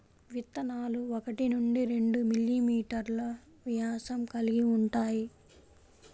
విత్తనాలు ఒకటి నుండి రెండు మిల్లీమీటర్లు వ్యాసం కలిగి ఉంటాయి